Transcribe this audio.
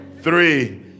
three